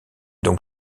donc